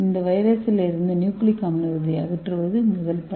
இந்த வைரஸிலிருந்து நியூக்ளிக் அமிலத்தை அகற்றுவது முதல் படி